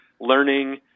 learning